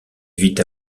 vite